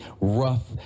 rough